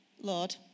Lord